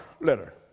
letter